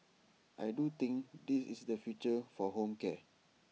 I do think this is the future for home care